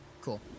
cool